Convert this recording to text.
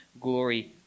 glory